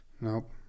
Nope